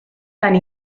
tant